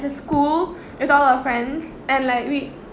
as a school with all our friends and like we